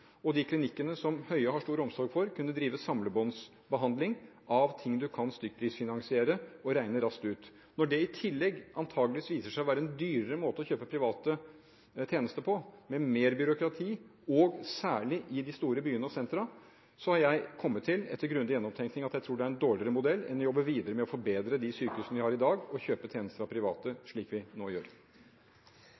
og de klinikkene som Høie har stor omsorg for, vil kunne drive samlebåndsbehandling av ting du kan stykkprisfinansiere og regne raskt ut. Når det i tillegg antakeligvis viser seg å være en dyrere måte å kjøpe private tjenester på, med mer byråkrati, særlig i de store byene og sentra, har jeg etter grundig gjennomtenkning kommet til at jeg tror det er en dårligere modell enn å jobbe videre med å forbedre de sykehusene vi har i dag, og kjøpe tjenester av private